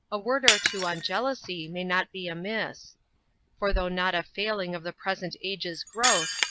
a word or two on jealousy may not be amiss for though not a failing of the present age's growth,